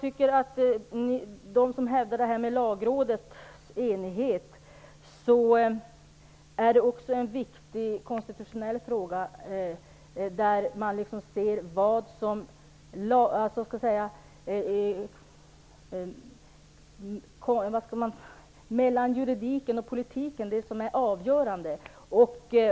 Det här med Lagrådets enighet är också en viktig konstitutionell fråga. Det handlar om en avvägning mellan juridiken och politiken för att se vad som är avgörande.